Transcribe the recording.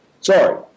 Sorry